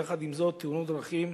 יחד עם זאת, תאונות דרכים,